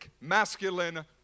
masculine